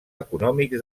econòmics